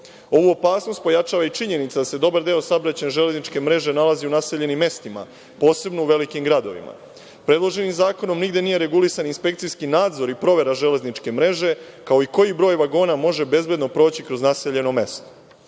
Ovu opasnost pojačava i činjenica da se dobar deo saobraćajne železničke mreže nalazi u naseljenim mestima, posebno u velikim gradovima. Predloženim zakonom nigde nije regulisan inspekcijski nadzor i provera železničke mreže, kao i koji broj vagona može bezbedno proći kroz naseljena mesta.